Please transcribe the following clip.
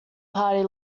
party